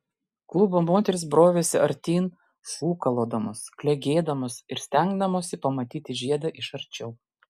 klubo moterys brovėsi artyn šūkalodamos klegėdamos ir stengdamosi pamatyti žiedą iš arčiau